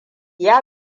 ya